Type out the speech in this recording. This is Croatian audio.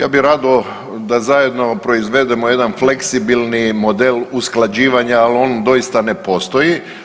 Ja bih rado da zajedno proizvedemo jedan fleksibilni model usklađivanja, ali on doista ne postoji.